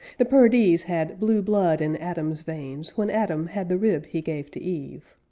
the perdees had blue blood in adam's veins when adam had the rib he gave to eve.